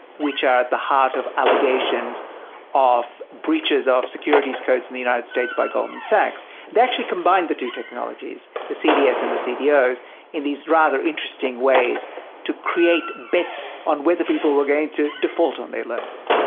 which are at the heart of allegations of breaches of securities codes in the united states by goldman sachs. it actually combined the two technologies, the cds and the cdos in these rather interesting ways to create bets on whether people were going to default on their loans.